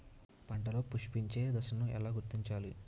పంటలలో పుష్పించే దశను ఎలా గుర్తించాలి?